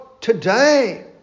today